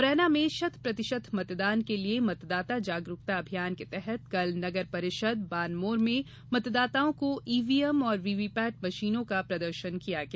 मुरैना में शतप्रतिशत मतदान के लिए मतदाता जागरूकता अभियान के तहत कल नगरपरिषद बानमोर में मतदाताओं को ईवीएम और वीवीपैट मशीन का प्रदर्शन किया गया